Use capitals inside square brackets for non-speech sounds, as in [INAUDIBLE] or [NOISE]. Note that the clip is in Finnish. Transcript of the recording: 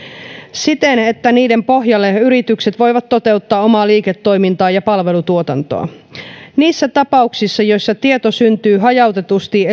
siten että niiden pohjalle yritykset voivat toteuttaa omaa liiketoimintaa ja palvelutuotantoa niissä tapauksissa joissa tieto syntyy hajautetusti [UNINTELLIGIBLE]